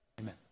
Amen